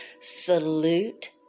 salute